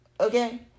Okay